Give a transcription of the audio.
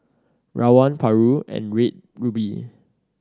Rawon Paru and Red Ruby